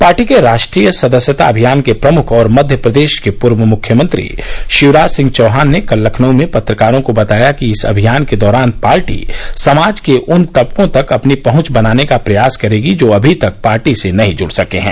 party के राष्ट्रीय सदस्यता अभियान के प्रमुख और मध्य प्रदेश के पूर्व मुख्यमंत्री शिवराज सिंह चौहान ने कल लखनऊ में पत्रकारों को बताया कि इस अभियान के दौरान पार्टी समाज के उन तबकों तक अपनी पहुंच बनाने का प्रयास करेगी जो अभी तक पार्टी से नहीं जुड़ सके हैं